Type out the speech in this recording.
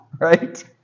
Right